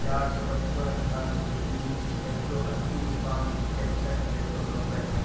चार सौ पचपन चार सौ तीस छ सौ अस्सी पाँच सौ पचहत्तर छ सौ नब्बे